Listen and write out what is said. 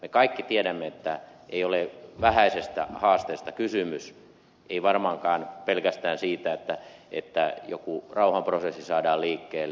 me kaikki tiedämme että ei ole vähäisestä haasteesta kysymys ei varmaankaan pelkästään siitä että joku rauhanprosessi saadaan liikkeelle